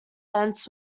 events